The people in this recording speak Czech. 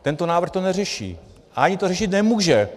Tento návrh to neřeší a ani to řešit nemůže.